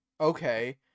Okay